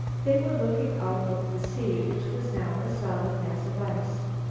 they were looking out over the sea, which was now a solid mass of ice.